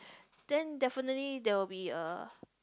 then definitely there will be a